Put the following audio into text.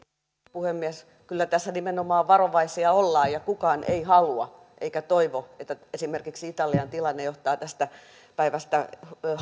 puhemies kyllä tässä nimenomaan varovaisia ollaan ja kukaan ei halua eikä toivo että esimerkiksi italian tilanne johtaa tästä päivästä